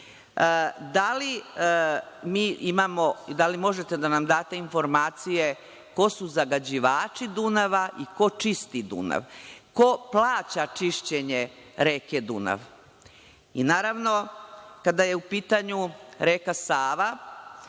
da li možete da nam date informacije – ko su zagađivači Dunava i ko čisti Dunav, ko plaća čišćenje reke Dunav? Naravno, kada je u pitanju reka Sava,